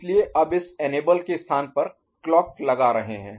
इसलिए अब इस इनेबल के स्थान पर क्लॉक लगा रहे हैं